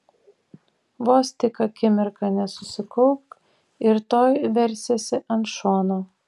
vos tik akimirką nesusikaupk ir tuoj versiesi ant šono